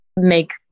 make